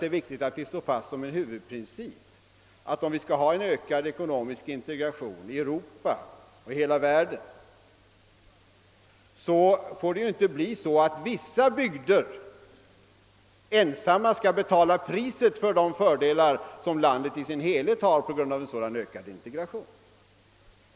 Det är viktigt att slå fast, att om vi som huvudprincip skall ha en ökad ekonomisk integration i Europa och den övriga världen, så skall inte bara vissa bygder betala priset för de fördelar som landet i dess helhet får av en sådan integration.